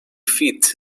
feet